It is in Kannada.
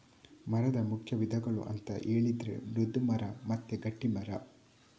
ಮರದ ಮುಖ್ಯ ವಿಧಗಳು ಅಂತ ಹೇಳಿದ್ರೆ ಮೃದು ಮರ ಮತ್ತೆ ಗಟ್ಟಿ ಮರ